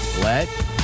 Let